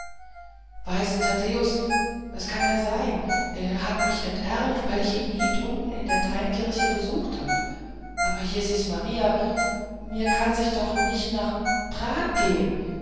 weißt d taddäus es kann ja sein er hat mich enterbt weil ich ihn nie drunten in der teinkirch besucht hab aber jezis maria mir kann sich doch nicht nach prag gehen